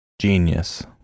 genius